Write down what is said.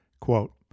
Quote